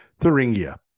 Thuringia